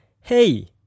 hey